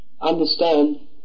understand